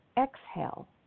exhale